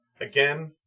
Again